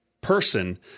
person